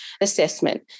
assessment